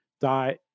die